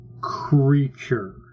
creature